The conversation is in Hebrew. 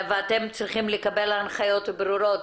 אתם צריכים לקבל הנחיות ברורות,